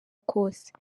kose